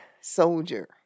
soldier